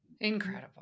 Incredible